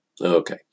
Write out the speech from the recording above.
Okay